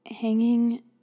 hanging